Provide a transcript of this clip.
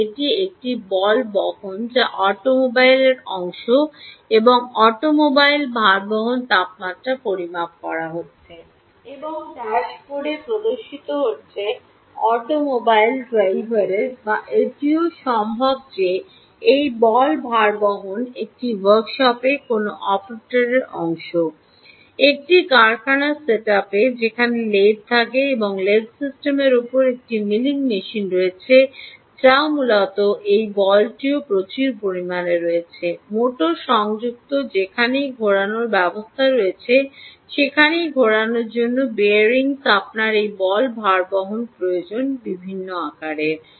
যে এটি একটি বল বহন যা অটোমোবাইলের Automobile'sঅংশ এবং অটোমোবাইল ভারবহন তাপমাত্রা পরিমাপ করা হচ্ছে এবং ড্যাশবোর্ডে প্রদর্শিত হচ্ছে অটোমোবাইল ড্রাইভারের বা এটিও সম্ভব যে এই বল ভারবহন একটি ওয়ার্কশপে কোনও অপারেটরের অংশ একটি কারখানার সেটআপে যেখানে লেথ থাকে বা লেথ সিস্টেমের উপর একটি মিলিং মেশিন রয়েছে যা মূলত এই বলটিও প্রচুর পরিমাণে রয়েছে মোটর সংযুক্ত যেখানেই ঘোরানোর ব্যবস্থা রয়েছে যেখানেই ঘোরার জন্য বিয়ারিংস আপনার এই বল ভারবহন প্রয়োজন বিভিন্ন আকারের